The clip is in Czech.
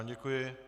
Děkuji.